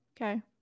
Okay